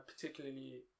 particularly